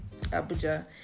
Abuja